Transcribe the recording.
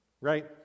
right